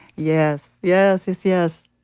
yes, yes, yes, yes.